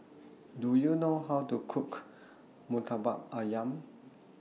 Do YOU know How to Cook Murtabak Ayam